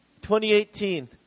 2018